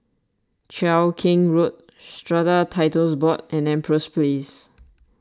Cheow Keng Road Strata Titles Board and Empress Place